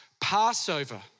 Passover